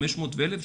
500 ו-1,000.